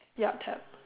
ya tap